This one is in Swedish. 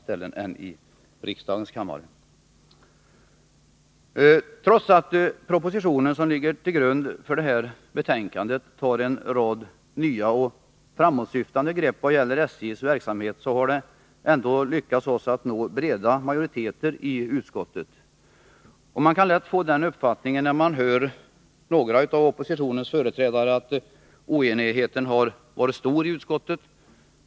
Trots att propositionen, som ligger till grund för detta betänkande, tar en rad nya och framåtsyftande grepp vad gäller SJ:s verksamhet, har vi lyckats nå breda majoriteter i utskottet. Man kan lätt få den uppfattningen, när man hör några av oppositionens företrädare, att oenigheten har varit stor i utskottet.